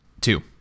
Two